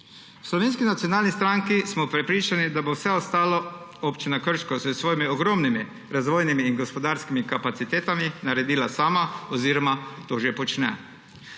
Slovenski nacionalni stranki smo prepričani, da bo vse ostalo občina Krška s svojimi ogromnimi razvojnimi in gospodarskimi kapacitetami naredila sama oziroma to že počne.